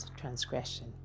transgression